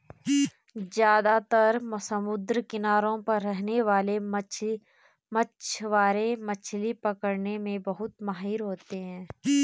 ज्यादातर समुद्री किनारों पर रहने वाले मछवारे मछली पकने में बहुत माहिर होते है